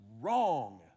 wrong